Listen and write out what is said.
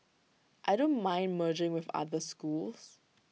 I don't mind merging with other schools